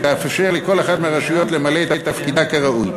שתאפשר לכל אחת מהרשויות למלא את תפקידה כראוי.